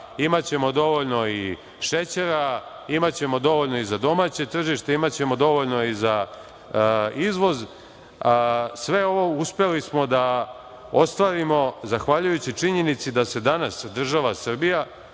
Imaćemo dovoljno i šećera. Imaćemo dovoljno i za domaće tržište. Imaćemo dovoljno i za izvoz. Sve ovo uspeli smo da ostvarimo zahvaljujući činjenici da se danas država Srbija,